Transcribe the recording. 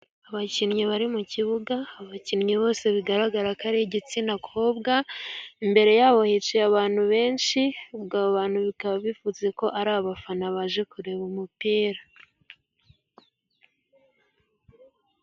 Abakinnyi bari mu kibuga, abakinnyi bose bigaragara ko ari igitsina kobwa, imbere yabo hicaye abantu benshi, ubwo abantu bikaba bivuze ko ari abafana baje kureba umupira.